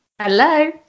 Hello